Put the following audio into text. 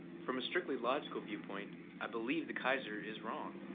from a strictly logical viewpoint i believe the kaiser is wrong.